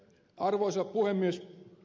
arvoisa puhemies